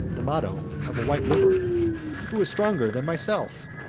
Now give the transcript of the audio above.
the motto of a white livery who is stronger than myself?